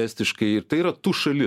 estiškai ir tai yra tu šalis